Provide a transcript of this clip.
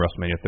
WrestleMania